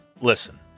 listen